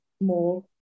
more